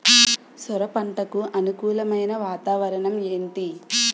సొర పంటకు అనుకూలమైన వాతావరణం ఏంటి?